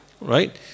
Right